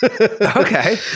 okay